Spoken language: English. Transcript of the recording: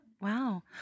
Wow